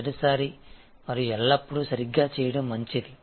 మొదటిసారి మరియు ఎల్లప్పుడూ సరిగ్గా చేయడం మంచిది